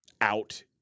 out